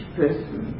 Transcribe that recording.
person